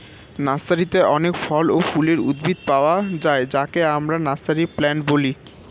নার্সারিতে অনেক ফল ও ফুলের উদ্ভিদ পাওয়া যায় যাকে আমরা নার্সারি প্লান্ট বলি